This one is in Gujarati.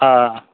હા